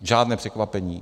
Žádné překvapení.